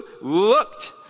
looked